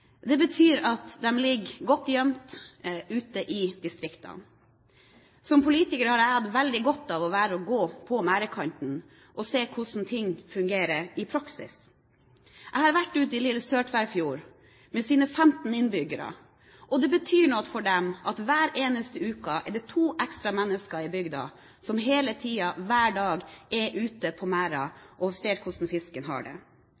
Det betyr at de ligger godt gjemt ute i distriktene. Som politiker har jeg hatt veldig godt av å gå på merdkanten og se hvordan ting fungerer i praksis. Jeg har vært ute i lille Sør-Tverrfjord med sine 15 innbyggere. Det betyr noe for dem at det hver eneste uke er to ekstra mennesker i bygda som hele tiden – hver dag – er ute på merden og ser hvordan fisken har det.